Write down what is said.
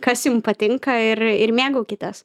kas jum patinka ir ir mėgaukitės